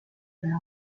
peale